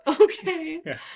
Okay